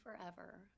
forever